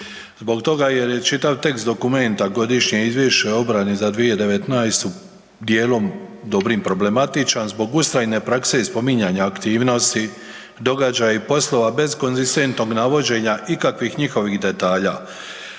zbog toga jer je čitav tekst dokumenta Godišnje izvješće o obrani za 2019. dijelom dobrim problematičan zbog ustrajne prakse i spominjanja aktivnosti, događaji i poslova bez konzistentnog navođenja ikakvih njihovih detalja.